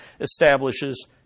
establishes